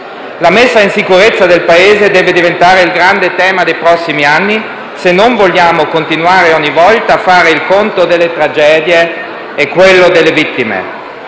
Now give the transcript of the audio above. La messa in sicurezza del Paese deve diventare il grande tema dei prossimi anni se non vogliamo continuare ogni volta a fare il conto delle tragedie e quello delle vittime.